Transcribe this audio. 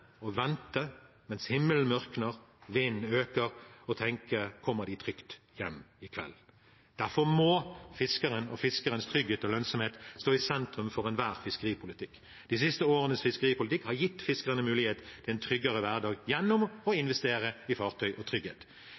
og vente mens himmelen mørkner og vinden øker, og tenke: Kommer de trygt hjem i kveld? Derfor må fiskeren og fiskerens trygghet og lønnsomhet stå i sentrum for enhver fiskeripolitikk. De siste årenes fiskeripolitikk har gitt fiskerne mulighet til en tryggere hverdag gjennom å investere i fartøy og trygghet.